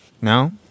No